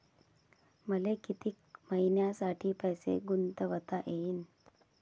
मले कितीक मईन्यासाठी पैसे गुंतवता येईन?